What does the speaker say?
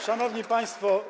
Szanowni Państwo!